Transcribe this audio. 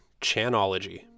Chanology